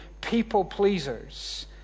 people-pleasers